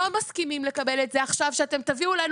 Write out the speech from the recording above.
לא מסכימים לקבל את זה עכשיו שאתם תביאו לנו